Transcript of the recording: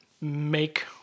make